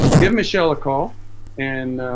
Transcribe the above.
give michelle a call and